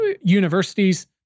Universities